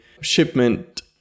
shipment